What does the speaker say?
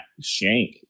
shank